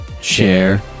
Share